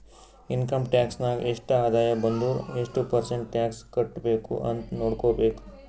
income tax ನಾಗ್ ಎಷ್ಟ ಆದಾಯ ಬಂದುರ್ ಎಷ್ಟು ಪರ್ಸೆಂಟ್ ಟ್ಯಾಕ್ಸ್ ಕಟ್ಬೇಕ್ ಅಂತ್ ನೊಡ್ಕೋಬೇಕ್